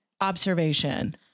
observation